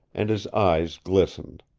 and his eyes glistened.